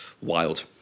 wild